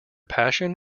passion